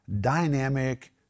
Dynamic